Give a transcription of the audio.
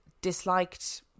disliked